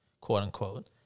quote-unquote